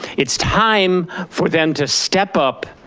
it's time for them to step up,